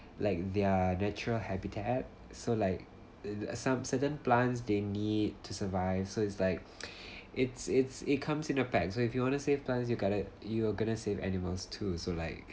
like their natural habitat so like in uh some certain plants they need to survive so it's like it's it's it comes in a pack so if you want to save plants you got to you are gonna save animals too so like